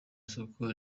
soko